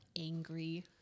angry